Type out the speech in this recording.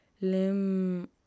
lim